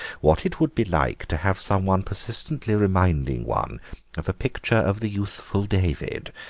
what it would be like to have some one persistently reminding one of a picture of the youthful david.